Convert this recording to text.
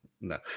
no